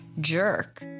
jerk